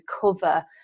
cover